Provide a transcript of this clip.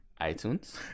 iTunes